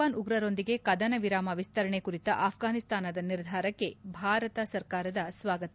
ತಾಲಿಬಾನ್ ಉಗ್ರರೊಂದಿಗೆ ಕದನ ವಿರಾಮ ವಿಸ್ತರಣೆ ಕುರಿತ ಆಫ್ಪಾನಿಸ್ತಾನದ ನಿರ್ಧಾರಕ್ಕೆ ಭಾರತ ಸರ್ಕಾರದ ಸ್ನಾಗತ